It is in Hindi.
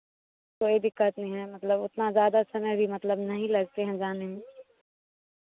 कोई दिक्कत नहीं है मतलब उतना ज़्यादा समय भी मतलब नहीं लगते हैं जाने में